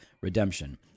redemption